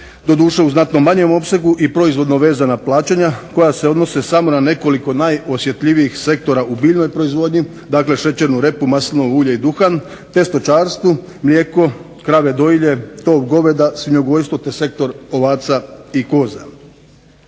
doduše u znatno manjem opsegu i proizvodno vezana plaćanja koja se odnose samo na nekoliko najosjetljivijih sektora u biljnoj proizvodnji, dakle šećernu repu, maslinovo ulje i duhan te stočarstvu, mlijeko, krave dojilje, tov goveda, svinjogojstvo te sektor ovaca i koza.